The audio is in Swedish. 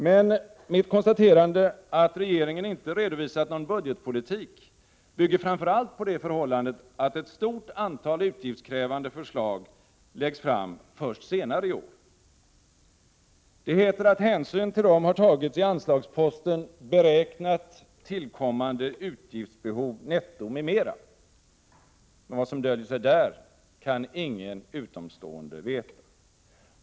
Men mitt konstaterande, att regeringen inte redovisat någon budgetpolitik bygger framför allt på det förhållandet att ett stort antal utgiftskrävande förslag läggs fram först senare i år. Det heter att hänsyn till dem har tagits i anslagsposten ”Beräknat tillkommande utgiftsbehov, netto, m.m.”, men vad som döljer sig där kan ingen utomstående veta.